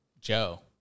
Joe